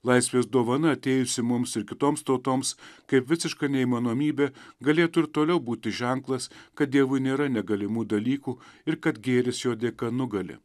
laisvės dovana atėjusi mums ir kitoms tautoms kaip visiška neįmanomybė galėtų ir toliau būti ženklas kad dievui nėra negalimų dalykų ir kad gėris jo dėka nugali